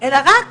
אלא רק